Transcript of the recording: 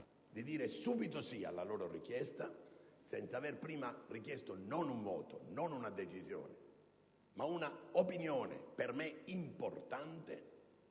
di dire subito sì alla loro richiesta senza aver prima ottenuto, non un voto, non una decisione, ma un'opinione, per me importante